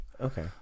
Okay